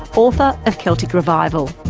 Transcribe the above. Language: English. author of celtic revival,